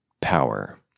power